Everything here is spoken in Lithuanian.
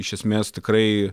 iš esmės tikrai